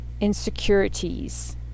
insecurities